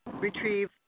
retrieve